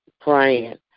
praying